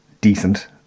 decent